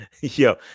Yo